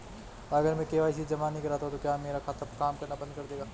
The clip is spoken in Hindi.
अगर मैं के.वाई.सी जमा नहीं करता तो क्या मेरा खाता काम करना बंद कर देगा?